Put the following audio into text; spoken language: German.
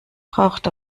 braucht